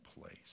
place